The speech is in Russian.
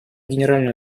генеральную